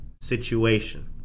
situation